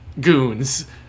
goons